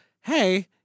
hey